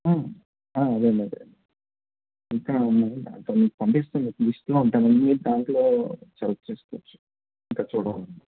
ఆ అదే అండి అదే ఇంకా పంపించిన లిస్ట్లో ఉంటుంది అండి మీరు దాంట్లో సెలెక్ట్ చేసుకోవచ్చు చూడాలి అంటే